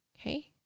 okay